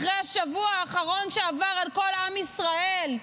אחרי השבוע האחרון שעבר על כל עם ישראל,